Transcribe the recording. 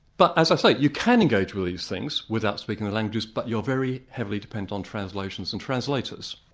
but as i say, you can engage with these things without speaking the languages, but you're very heavily dependent on translations and translators.